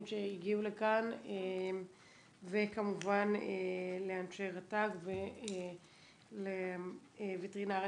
שהגיעו לכאן וכמובן לאנשי רט"ג ולווטרינר.